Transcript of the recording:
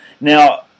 Now